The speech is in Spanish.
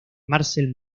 marcel